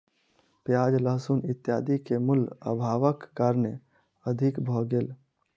प्याज लहसुन इत्यादि के मूल्य, अभावक कारणेँ अधिक भ गेल